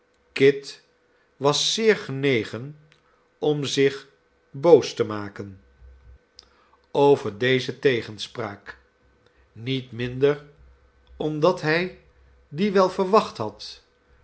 kunnen ken over deze tegenspraak niet minder omdat hij die wel verwacht had